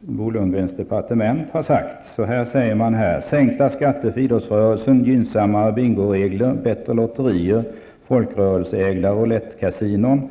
Bo Lundgrens departement har uttalat. Han säger: ''Sänkta skatter för idrottsrörelsen, gynnsammare bingoregler, bättre lotterier och folkrörelseägda roulettkasinon.''